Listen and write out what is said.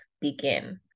begin